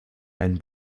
ein